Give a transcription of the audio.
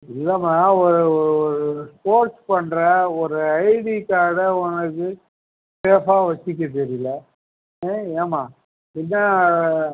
இல்லைம்மா ஒரு ஒரு ஸ்போர்ட்ஸ் பண்ணுற ஒரு ஐடி கார்டை உனக்கு ஷேஃபாக வச்சுக்க தெரியல ஆ ஏம்மா இதான்